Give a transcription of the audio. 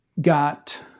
got